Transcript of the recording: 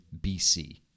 BC